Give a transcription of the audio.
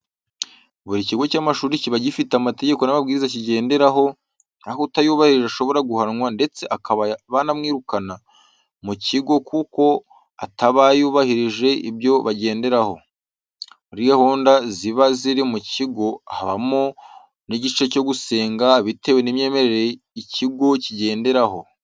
Buri kigo cy'amashuri kiba gifite amategeko n'amabwiriza kigenderaho, aho utayubahirije ashobora guhanwa ndetse bakaba banamwirukana mu kigo kuko ataba yubahirije ibyo bagenderaho. Muri gahunda ziba ziri mu kigo habamo n'igihe cyo gusenga bitewe n'imyemerere ikigo kigenderaho.